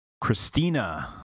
Christina